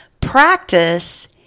practice